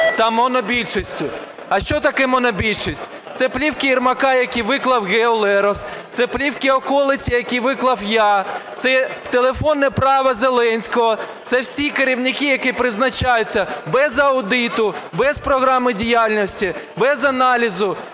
та монобільшості. А що таке монобільшість? Це "плівки Єрмака", який виклав в Гео Лерос, це "плівки околиць", які виклав я, це телефонне право Зеленського, це всі керівники, які призначаються без аудиту, без програми діяльності, без аналізу,